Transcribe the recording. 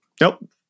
Nope